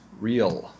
real